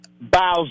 Bowser